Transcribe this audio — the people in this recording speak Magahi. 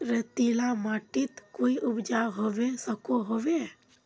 रेतीला माटित कोई उपजाऊ होबे सकोहो होबे?